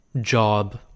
job